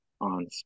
on